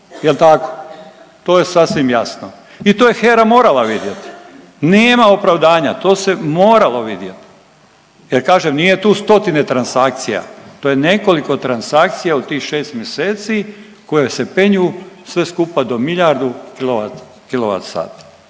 Jel tako? To je sasvim jasno i to je HERA morala vidjeti. Nema opravdanja, to se moralo vidjeti. Jel kažem nije tu stotine transakcija, to je nekoliko transakcija u tih šest mjeseci koje se penju sve skupa do miljardu